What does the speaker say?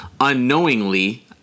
unknowingly